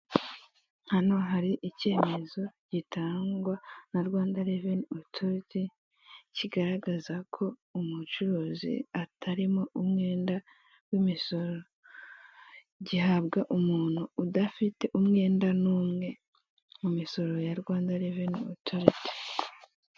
Hano hari icyemezo gitangwa na rwanda reveni otoritikigaragaza ko umucuruzi atarimo umwenda w'imisoro, gihabwa umuntu udafite umwenda n'umwe mu misoro ya rwanda reveni otoriti.